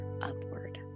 upward